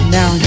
Now